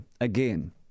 again